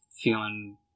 feeling